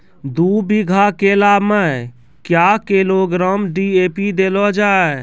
दू बीघा केला मैं क्या किलोग्राम डी.ए.पी देले जाय?